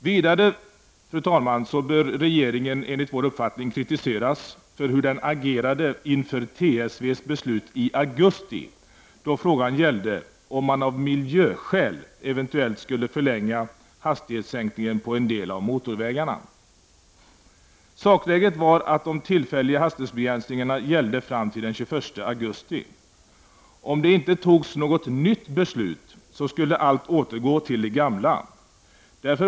Vidare, fru talman, bör regeringen, enligt vår uppfattning, kritiseras för hur den agerade inför TSVs beslut i augusti, då frågan gällde om man av miljöskäl eventuellt skulle förlänga hastighetssänkningen på en del av motorvägarna. Sakläget var att de tillfälliga hastighetsbegränsningarna gällde fram till den 21 augusti. Om det inte fattades något nytt beslut skulle allt återgå till det gamla.